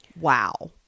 Wow